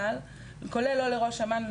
כולל לראש אמ"ן,